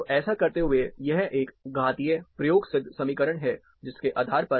तो ऐसा करते हुए यह एक घातीय प्रयोगसिद्ध समीकरण है जिसके आधार पर आप पीएमवी का मान निकाल पाएंगे